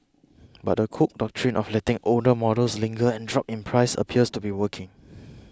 but the Cook Doctrine of letting older models linger and drop in price appears to be working